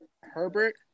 Herbert